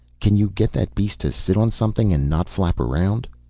can you get that beast to sit on something and not flap around?